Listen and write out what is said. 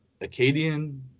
Acadian